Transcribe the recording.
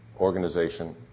organization